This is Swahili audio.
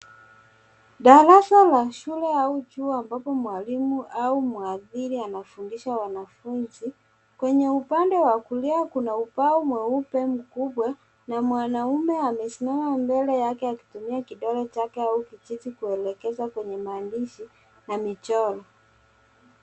Darasa la shule, au chuo ambapo mwalimu, au mwathini anafundisha wanafunzi, kwenye upande wa kulia kuna ubao mweupe mkubwa, na mwanaume amesimama mbele yake akitumia kidole chake, au kijiti kuelekeza kwenye maandishi, na michoro.